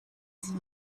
sie